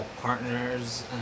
Partners